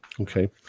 Okay